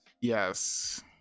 Yes